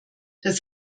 das